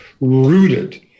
rooted